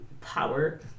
power